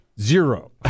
zero